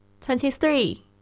Twenty-three